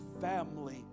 family